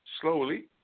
slowly